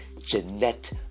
Jeanette